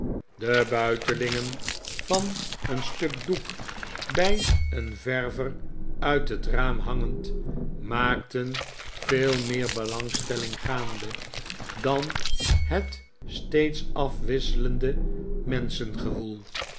de buitelingen van een stuk dpek bij een verver uit het raam hangend maakten veel meer belangstelling gaande dan het steeds afwisselende